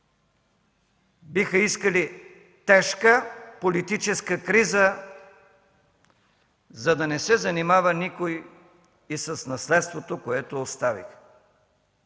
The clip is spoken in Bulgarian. биха искали тежка политическа криза, за да не се занимава никой и с наследството, което оставиха.